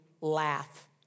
laugh